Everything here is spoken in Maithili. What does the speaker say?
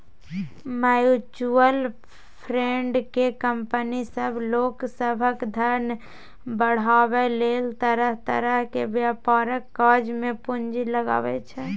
म्यूचुअल फंड केँ कंपनी सब लोक सभक धन बढ़ाबै लेल तरह तरह के व्यापारक काज मे पूंजी लगाबै छै